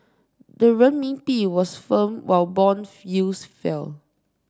the Renminbi was firm while bond yields fell